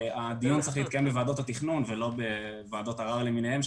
הדיון צריך להתקיים בוועדות התכנון ולא בוועדות ערר למיניהן,